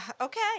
Okay